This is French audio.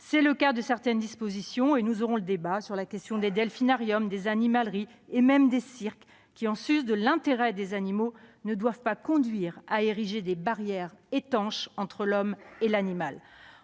C'est le cas de certaines dispositions- nous aurons ces débats -sur les delphinariums, les animaleries et même les cirques, qui, en sus de l'intérêt des animaux, ne doivent pas conduire à ériger des barrières étanches entre l'homme et l'animal.